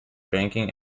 banking